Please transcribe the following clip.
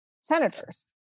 senators